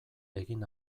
egin